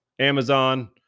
Amazon